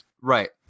Right